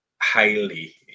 highly